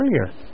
earlier